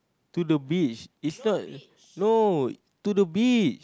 to the beach it's not no to the beach